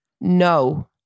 No